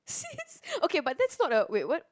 sis okay but that's not a wait what